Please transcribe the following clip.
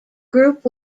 group